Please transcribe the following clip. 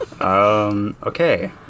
Okay